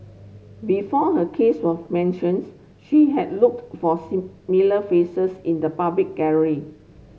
before her case was mentions she had looked for faces in the public